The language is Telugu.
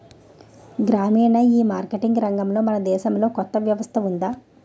గ్రామీణ ఈమార్కెటింగ్ రంగంలో మన దేశంలో కొత్త వ్యవస్థ ఉందా?